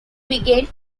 began